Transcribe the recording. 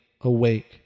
awake